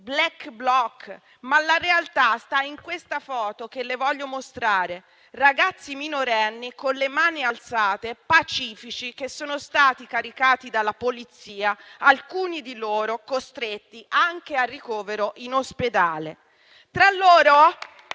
*black block*. Ma la realtà sta in questa foto che le voglio mostrare: ragazzi minorenni con le mani alzate, pacifici, che sono stati caricati dalla Polizia, alcuni di loro costretti anche al ricovero in ospedale.